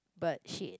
bird shit